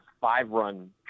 five-run